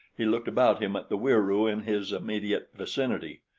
he looked about him at the wieroo in his immediate vicinity.